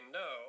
no